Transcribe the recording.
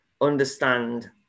understand